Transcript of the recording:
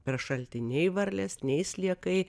per šaltį nei varlės nei sliekai